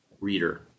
reader